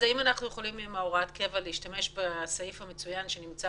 אז האם אנחנו יכולים עם הוראת הקבע להשתמש בסעיף המצוין שנמצא